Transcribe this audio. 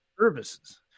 services